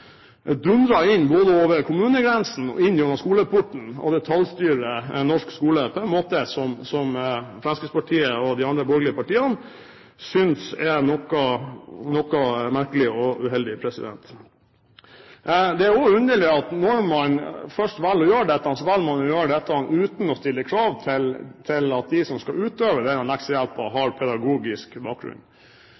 inn, både over kommunegrensen og inn gjennom skoleporten, og detaljstyrer norsk skole på en måte som Fremskrittspartiet og de andre borgerlige partiene synes er noe merkelig og uheldig. Det er også underlig at når man først velger å gjøre dette, velger man å gjøre det uten å stille krav om at de som skal utøve denne